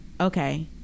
Okay